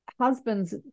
husband's